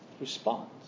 response